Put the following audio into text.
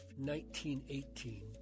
1918